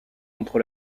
entre